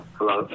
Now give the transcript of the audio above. Hello